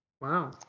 wow